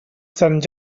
sant